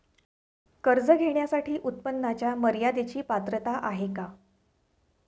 कर्ज घेण्यासाठी उत्पन्नाच्या मर्यदेची पात्रता आहे का?